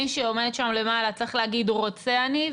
מי שעומד שם למעלה צריך להגיד: רוצה אני,